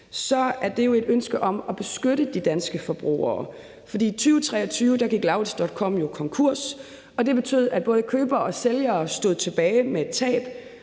er det jo ud fra et ønske om at beskytte de danske forbrugere. For i 2023 gik lauritz.com konkurs, og det betød, at både købere og sælgere stod tilbage med tab;